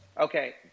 Okay